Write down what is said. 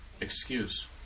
excuse